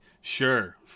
Sure